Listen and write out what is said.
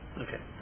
Okay